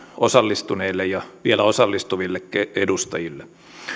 osallistuneille ja vielä osallistuville edustajille